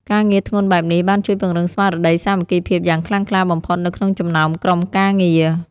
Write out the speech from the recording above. ការងារធ្ងន់បែបនេះបានជួយពង្រឹងស្មារតីសាមគ្គីភាពយ៉ាងខ្លាំងក្លាបំផុតនៅក្នុងចំណោមក្រុមការងារ។